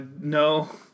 no